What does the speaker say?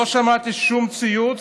לא שמעתי שום ציוץ